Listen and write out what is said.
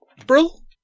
april